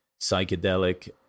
psychedelic